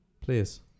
Please